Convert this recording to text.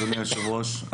אדוני היושב-ראש,